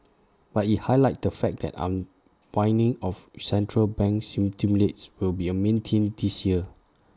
but IT highlighted the fact that unwinding of central bank stimulus will be A main theme this year